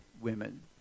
women